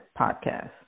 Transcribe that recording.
podcast